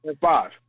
Five